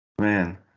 man –